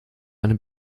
einem